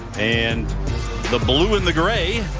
and the blue and the gray.